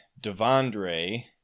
Devondre